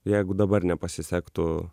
jeigu dabar nepasisektų